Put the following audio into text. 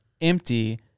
empty